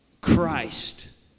Christ